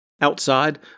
Outside